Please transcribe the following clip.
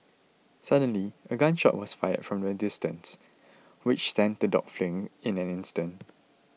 suddenly a gun shot was fired from a distance which sent the dogs fleeing in an instant